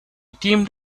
teamed